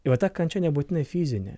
tai va ta kančia nebūtinai fizinė